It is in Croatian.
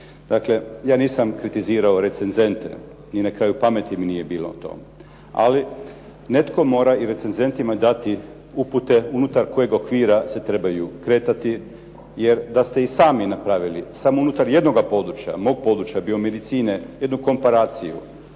Dakle, ja nisam kritizirao recenzente, ni na kraju pameti mi nije bilo to. Ali netko mora i recenzentima dati upute unutar kojeg okvira se trebaju kretati, jer da ste i sami napravili samo unutar jednoga područja, mog područja biomedicine, jednu komparaciju,